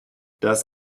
das